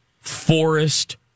Forest